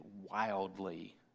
wildly